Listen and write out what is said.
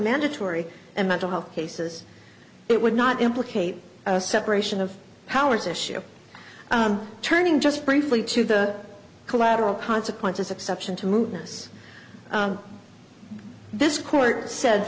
mandatory and mental health cases it would not implicate separation of powers issue turning just briefly to the collateral consequences exception to move this this court sa